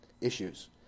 issues